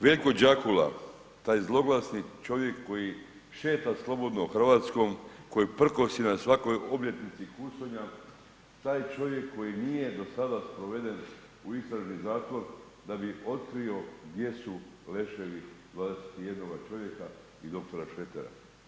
Veljko Đakula taj zloglasni čovjek koji šeta slobodno Hrvatskom, koji prkosi na svakoj obljetnici Kusonja, taj čovjek koji nije do sada sproveden u istražni zatvor da bi otkrio gdje su leševi 21 čovjeka i dr. Šretera.